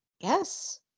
Yes